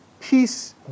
Peace